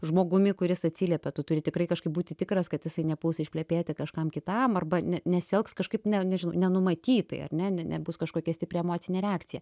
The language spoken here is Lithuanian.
žmogumi kuris atsiliepia tu turi tikrai kažkaip būti tikras kad jisai nepuls išplepėti kažkam kitam arba ne nesielgs kažkaip ne nežinau nenumatytai ar ne ne nebus kažkokia stipri emocinė reakcija